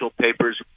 papers